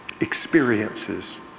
experiences